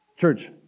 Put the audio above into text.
Church